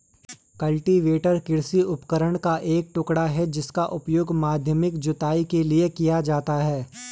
cultivator कृषि उपकरण का एक टुकड़ा है जिसका उपयोग माध्यमिक जुताई के लिए किया जाता है